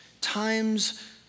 times